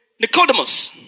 Nicodemus